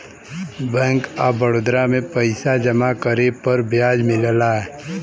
bank of Baroda में पइसा जमा करे पे ब्याज मिलला